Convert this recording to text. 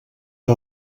que